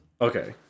Okay